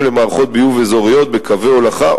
למערכות ביוב אזוריות בקווי הולכה,